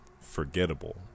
forgettable